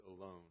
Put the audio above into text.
alone